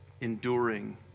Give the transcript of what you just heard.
enduring